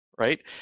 Right